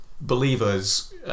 believers